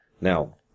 Now